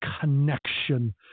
connection